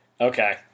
Okay